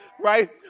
Right